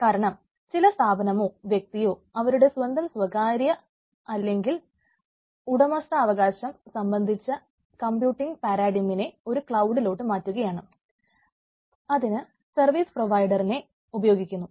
കാരണം ചില സ്ഥാപനമോ വ്യക്തിയോ അവരുടെ സ്വന്തം സ്വകാര്യം അല്ലെങ്കിൽ ഉടമസ്ഥാവകാശം സംബന്ധിച്ച കമ്പ്യൂട്ടിംഗ് പാരഡിമ്മിനെ ഉപയോഗിക്കുന്നു